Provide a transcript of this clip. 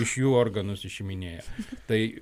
iš jų organus išiminėja tai